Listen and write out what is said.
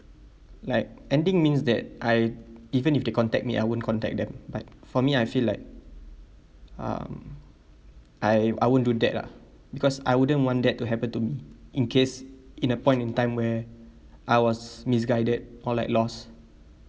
like ending means that I even if they contact me I won't contact them but for me I feel like um I I won't do that lah because I wouldn't want that to happen to me in case in a point in time where I was misguided or like lost